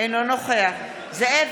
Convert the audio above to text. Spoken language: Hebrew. אינו נוכח זאב